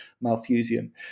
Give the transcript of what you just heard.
Malthusian